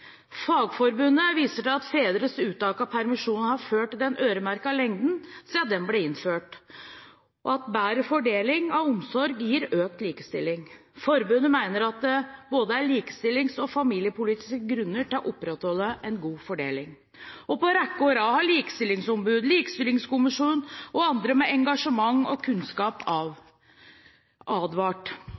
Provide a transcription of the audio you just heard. Fagforbundet viser til at fedres uttak av permisjon har ført den øremerkede lengden siden den ble innført, og at bedre fordeling av omsorgen gir økt likestilling. Forbundet mener at det både er likestillings- og familiepolitiske grunner til å opprettholde en god fordeling. På rekke og rad har likestillingsombudet, Likelønnskommisjonen og andre med engasjement og kunnskap advart. Selv statsråden gjør det samme når hun i sitt brev av